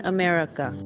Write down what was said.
America